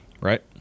Right